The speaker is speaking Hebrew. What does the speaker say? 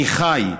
אני חי'.